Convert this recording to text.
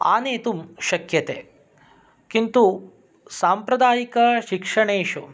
आनेतुं शक्यते किन्तु साम्प्रदायिकशिक्षणेषु